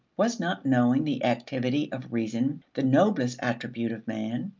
was not knowing, the activity of reason, the noblest attribute of man?